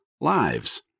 lives